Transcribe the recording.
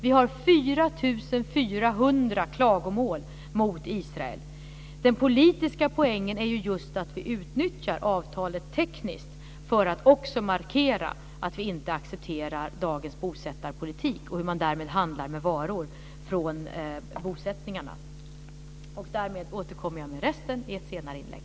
Vi har 4 400 klagomål mot Israel. Den politiska poängen är ju just att vi utnyttjar avtalet tekniskt för att också markera att vi inte accepterar dagens bosättarpolitik och hur man därmed handlar med varor från bosättningarna. Därmed återkommer jag med resten i ett senare inlägg.